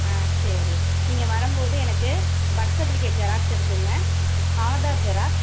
ஆ சரி நீங்கள் வரும்போது எனக்கு பர்த் சர்டிஃபிகேட் ஜெராக்ஸ் எடுத்துக்கோங்க ஆதார் ஜெராக்ஸ்